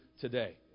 today